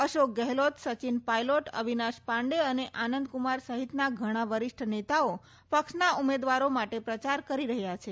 અશોક ગેહલોત સચિન પાઈલોટ અવિનાશ પાંડે અને આનંદકુમાર સહિતના ઘણા વરિષ્ઠ નેતાઓ પક્ષના ઉમેદવારો માટે પ્રચાર કરી રહ્યા છે